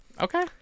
Okay